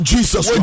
Jesus